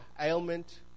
ailment